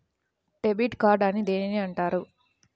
Debit card అని దేనిని అంటారు?